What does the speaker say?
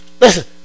listen